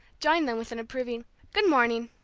joined them with an approving good-morning.